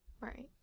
Right